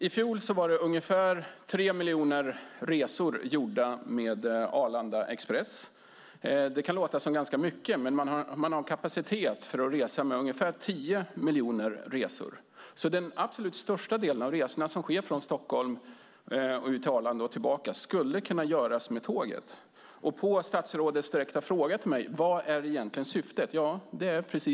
I fjol gjordes det ungefär tre miljoner resor med Arlanda Express. Det kan låta som ganska mycket. Men det finns kapacitet för ungefär tio miljoner resor. Den allra största delen av de resor som sker från Stockholm till Arlanda och tillbaka skulle kunna göras med tåg. Statsrådets direkta fråga till mig var: Vad är egentligen syftet?